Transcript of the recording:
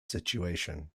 situation